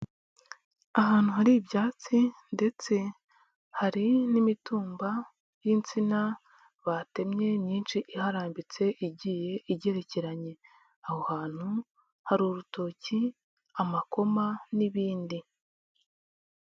Ahantu hari ibyatsi ndetse hari n'imitumba y'insina batemye myinshi iharambitse igiye igerekeranye, aho hantu hari urutoki, amakoma n'ibindi.